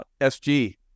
SG